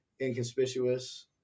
inconspicuous